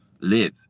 live